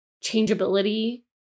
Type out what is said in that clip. changeability